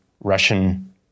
Russian